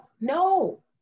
no